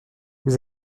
vous